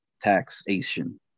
taxation